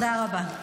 תודה רבה.